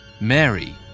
Mary